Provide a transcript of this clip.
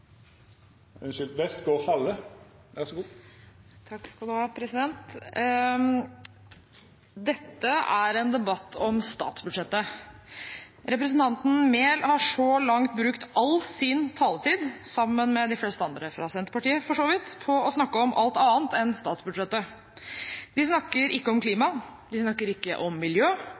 en debatt om statsbudsjettet. Representanten Enger Mehl har så langt brukt all sin taletid – sammen med de fleste andre fra Senterpartiet, for så vidt – på å snakke om alt annet enn statsbudsjettet. De snakker ikke om klima, ikke om miljø, ikke om olje og gass, men om ulv. De snakker ikke om